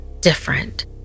different